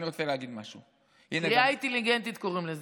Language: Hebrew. קריאה אינטליגנטית, קוראים לזה.